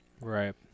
Right